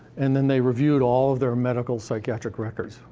and then they reviewed all of their medical psychiatric records,